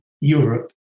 Europe